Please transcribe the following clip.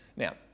Now